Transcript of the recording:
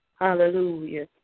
Hallelujah